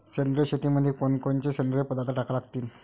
सेंद्रिय शेतीमंदी कोनकोनचे सेंद्रिय पदार्थ टाका लागतीन?